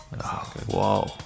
Whoa